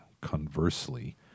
Conversely